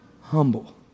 humble